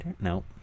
Nope